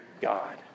God